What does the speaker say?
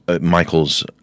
Michael's